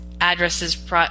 addresses